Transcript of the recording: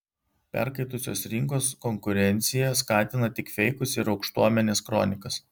perkaitusios rinkos konkurencija skatina tik feikus ir aukštuomenės kronikas